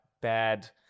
bad